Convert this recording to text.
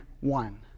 one